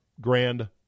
grand